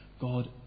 God